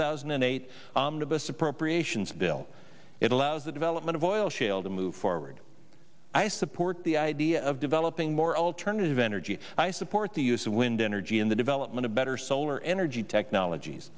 thousand and eight of us appropriations bill it allows the development of oil shale to move forward i support the idea of developing more alternative energy i support the use of wind energy and the development of better solar energy technologies